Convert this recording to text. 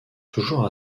toujours